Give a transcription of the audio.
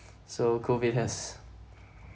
so COVID has